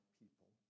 people